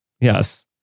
Yes